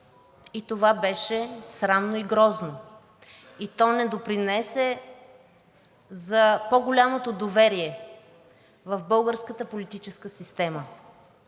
и това беше срамно и грозно, и то не допринесе за по-голямото доверие в българската политическа система.